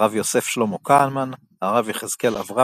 הרב יוסף שלמה כהנמן, הרב יחזקאל אברמסקי,